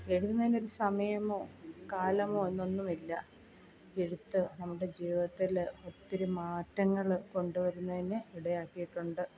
എഴുതുന്നതിനൊരു സമയമോ കാലമോ എന്നൊന്നുമില്ല എഴുത്ത് നമ്മുടെ ജീവിതത്തിൽ ഒത്തിരി മാറ്റങ്ങൾ കൊണ്ടുവരുന്നതിന് ഇടയാക്കിയിട്ടുണ്ട്